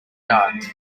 yard